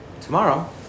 Tomorrow